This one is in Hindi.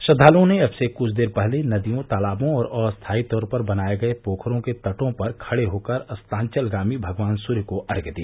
श्रद्वालुओं ने अब से कुछ देर पहले नदियों तालाबों और अस्थायी तौर पर बनाये गये पोखरों के तटों पर खड़े होकर अस्तांचलगामी भगवान सूर्य को अर्घ्य दिया